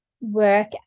work